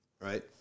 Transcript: right